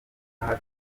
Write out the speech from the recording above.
aha